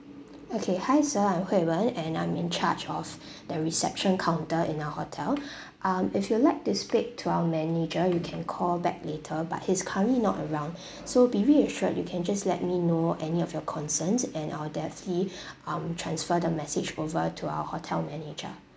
okay hi sir I'm hui wen and I'm in charge of the reception counter in our hotel um if you'd like to speak to our manager you can call back later but he's currently not around so be reassured you can just let me know any of your concerns and I'll definitely um transfer the message over to our hotel manager